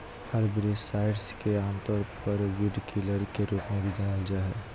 herbicides के आमतौर पर वीडकिलर के रूप में भी जानल जा हइ